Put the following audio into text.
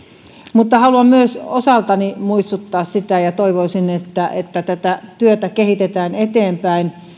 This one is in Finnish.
mutta haluan myös osaltani muistuttaa siitä ja toivoisin sitä että tätä työtä kehitetään eteenpäin